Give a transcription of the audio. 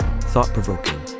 thought-provoking